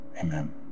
amen